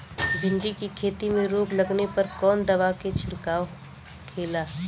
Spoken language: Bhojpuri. भिंडी की खेती में रोग लगने पर कौन दवा के छिड़काव खेला?